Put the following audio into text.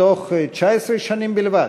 בתוך 19 שנים בלבד,